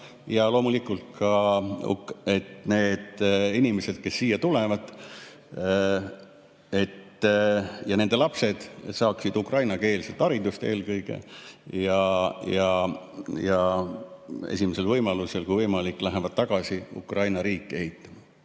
ja loomulikult ka, et need inimesed, kes siia tulevad, et nende lapsed saaksid ukrainakeelset haridust eelkõige ja esimesel võimalusel, kui võimalik, lähevad tagasi Ukraina riiki ehitama.